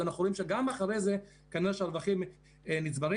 זאת נקודה מאוד בעייתית וקשה להחלטה.